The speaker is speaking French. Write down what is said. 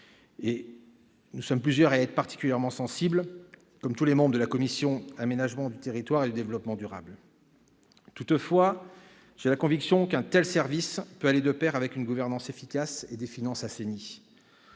J'y suis particulièrement sensible, comme tous les membres de la commission de l'aménagement du territoire et du développement durable. Toutefois, j'ai la conviction qu'un tel service peut aller de pair avec une gouvernance efficace et des finances assainies.